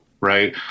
right